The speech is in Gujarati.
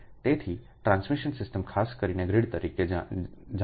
તેથી ટ્રાન્સમિશન સિસ્ટમ ખાસ કરીને ગ્રીડ તરીકે જાણે છે